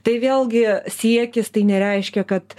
tai vėlgi siekis tai nereiškia kad